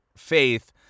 Faith